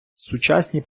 сучасні